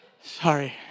Sorry